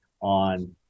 on